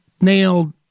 nailed